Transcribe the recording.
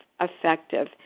effective